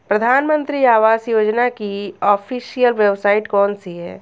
प्रधानमंत्री आवास योजना की ऑफिशियल वेबसाइट कौन सी है?